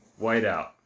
Whiteout